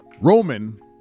Roman